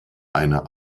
einer